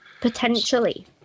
Potentially